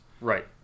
right